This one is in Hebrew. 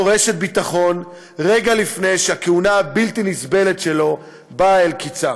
רשת ביטחון רגע לפני שהכהונה הבלתי-נסבלת שלו באה אל קצה.